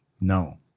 No